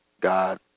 God